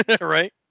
Right